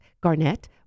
Garnett